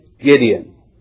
Gideon